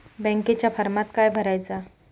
बँकेच्या फारमात काय भरायचा?